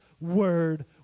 word